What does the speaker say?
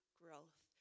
growth